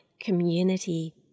community